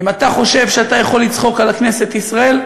אם אתה חושב שאתה יכול לצחוק על כנסת ישראל,